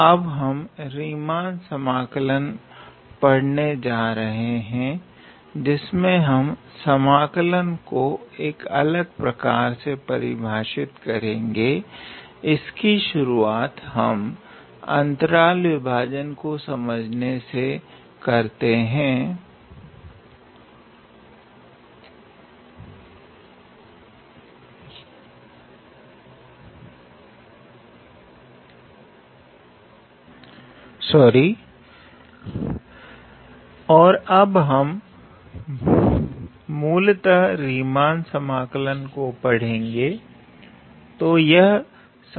और अब हम मूलतः रीमान समाकलन को पढ़गे